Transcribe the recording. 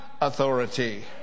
authority